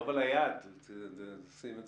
ננסה לטפל